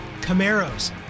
camaros